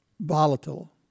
volatile